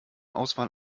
auswahl